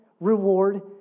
reward